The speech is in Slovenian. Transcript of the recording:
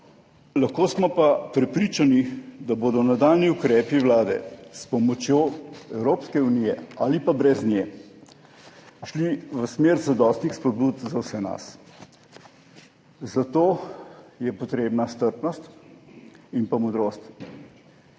Lahko smo pa prepričani, da bodo nadaljnji ukrepi Vlade s pomočjo Evropske unije ali pa brez nje šli v smer zadostnih spodbud za vse nas. Za to je potrebna strpnost in pa modrost.